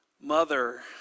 mother